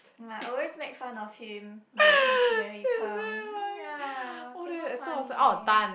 I always make fun of him when when he come ya super funny